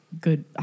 Good